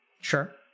Sure